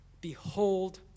Behold